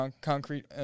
concrete